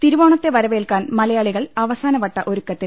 തിരുവോണ്ത്തെ വരവേൽക്കാൻ മലയാളികൾ അവസാന്പട്ടുഒരുക്കത്തിൽ